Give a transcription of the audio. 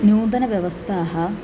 नूतनव्यवस्थाः